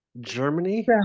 germany